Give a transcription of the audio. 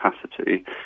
capacity